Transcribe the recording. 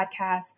podcast